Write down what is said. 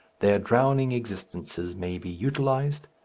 their drowning existences may be utilized,